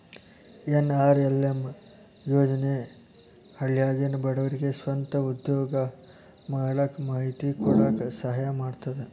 NRLM ಯೋಜನೆ ಹಳ್ಳ್ಯಾಗಿನ ಬಡವರಿಗೆ ಸ್ವಂತ ಉದ್ಯೋಗಾ ಮಾಡಾಕ ಮಾಹಿತಿ ಕೊಡಾಕ ಸಹಾಯಾ ಮಾಡ್ತದ